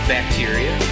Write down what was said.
Bacteria